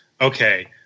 okay